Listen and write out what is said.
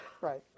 right